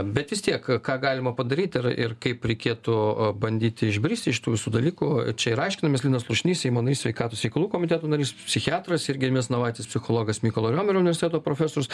bet vis tiek ką galima padaryt ir ir kaip reikėtų bandyti išbristi iš tų visų dalykų čia ir aiškinamės linas slušnys seimo narys sveikatos reikalų komiteto narys psichiatras ir gediminas navaitis psichologas mykolo riomerio universiteto profesorius